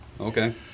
okay